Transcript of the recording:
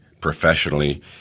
professionally